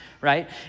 right